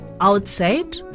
Outside